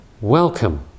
welcome